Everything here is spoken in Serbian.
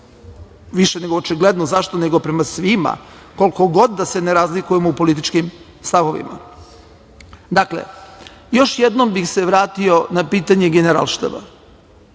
više nego očigledno zašto, nego prema svima, koliko god da se ne razlikujemo u političkim stavovima. Još jednom bih se vratio na pitanje Generalštaba.